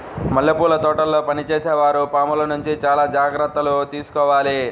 మల్లెపూల తోటల్లో పనిచేసే వారు పాముల నుంచి చాలా జాగ్రత్తలు తీసుకోవాలి